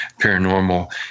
paranormal